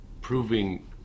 proving